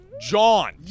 John